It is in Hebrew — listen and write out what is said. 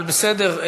אבל בסדר.